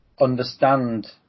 understand